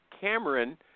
Cameron